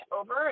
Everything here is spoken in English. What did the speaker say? over